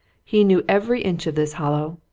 he knew every inch of this hollow.